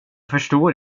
förstår